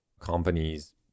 companies